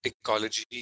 ecology